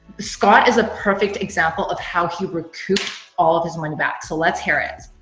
scott is a perfect example of how he recouped all of his money back. so let's hear it.